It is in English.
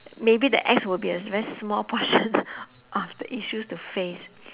maybe the ex will be a very small portion of the issues to face